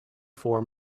four